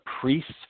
priests